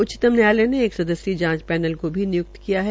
उच्चतम न्यायालय ने एक सदस्यीय जांच पैनल को भी निय्क्त कियाहै